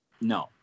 no